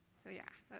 so yes,